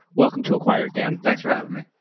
welcome to acquired, dan. thanks for having me.